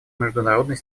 международной